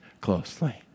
closely